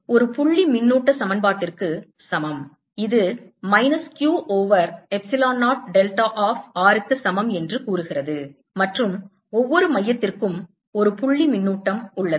இது ஒரு புள்ளி மின்னூட்ட சமன்பாட்டிற்கு சமம் இது minus Q over epsilon 0 delta of r க்கு சமம் என்று கூறுகிறது மற்றும் ஒவ்வொரு மையத்திற்கும் ஒரு புள்ளி மின்னூட்டம் உள்ளது